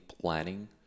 planning